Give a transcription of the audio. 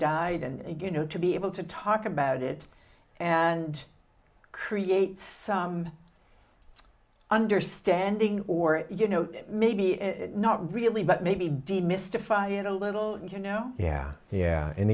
and you know to be able to talk about it and create some understanding or you know maybe it's not really but maybe demystify it a little you know yeah yeah and